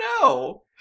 No